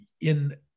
in-